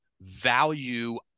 value